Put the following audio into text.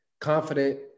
confident